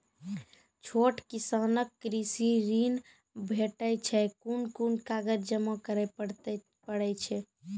छोट किसानक कृषि ॠण भेटै छै? कून कून कागज जमा करे पड़े छै?